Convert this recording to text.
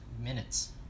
minutes